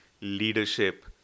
leadership